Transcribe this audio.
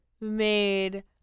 made